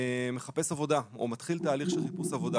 ומחפש עבודה או מתחיל תהליך של חיפוש עבודה.